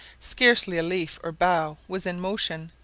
scarcely a leaf or bough was in motion,